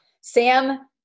Sam